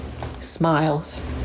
Smiles